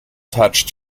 touch